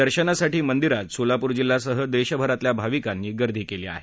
दर्शनासाठी मंदिरात सोलापूर जिल्ह्यासह देशभरातल्या भाविकांनी दर्शनासाठी गर्दी केली आहे